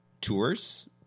tours